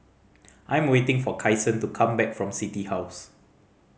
I am waiting for Kyson to come back from City House